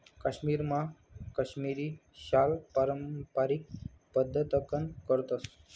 काश्मीरमा काश्मिरी शाल पारम्पारिक पद्धतकन करतस